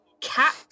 cat